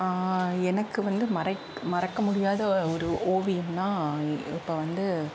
எனக்கு வந்து மறைக் மறக்க முடியாத ஒரு ஓவியம்னா இப்போ வந்து